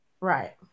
right